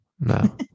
No